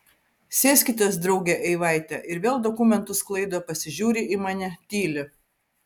sėskitės drauge eivaite ir vėl dokumentus sklaido pasižiūri į mane tyli